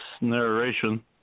narration